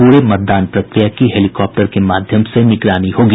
पूरे मतदान प्रक्रिया की हेलीकाप्टर के माध्यम से निगरानी होगी